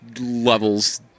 levels